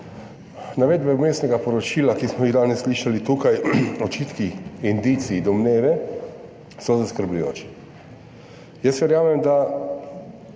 Navedbe vmesnega poročila, ki smo jih danes slišali tukaj, očitki, indici, domneve so zaskrbljujoči. Verjamem, da